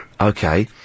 Okay